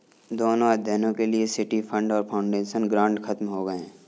दोनों अध्ययनों के लिए सिटी फंड और फाउंडेशन ग्रांट खत्म हो गए हैं